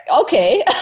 okay